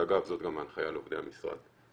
ואגב, זאת גם ההנחיה לעובדי המשרד.